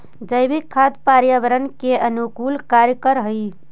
जैविक खाद पर्यावरण के अनुकूल कार्य कर हई